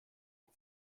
als